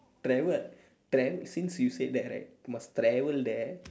travel travel since you said that right must travel there